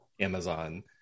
amazon